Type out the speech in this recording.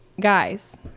guys